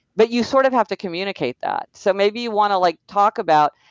but you sort of have to communicate that, so maybe you want to like talk about,